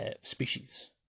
species